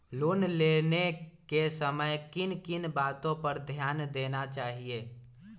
Loan लेने के समय किन किन वातो पर ध्यान देना चाहिए?